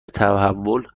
تحول